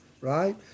right